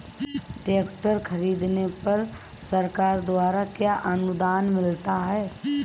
Tractor खरीदने पर सरकार द्वारा क्या अनुदान मिलता है?